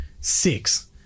six